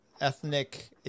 ethnic